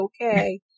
okay